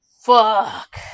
Fuck